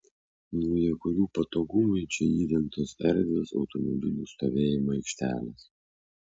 naujakurių patogumui čia įrengtos erdvios automobilių stovėjimo aikštelės